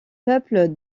peuple